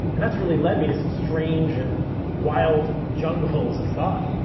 and that's really led me to some strange and wild jungle holes of thought.